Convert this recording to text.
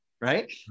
right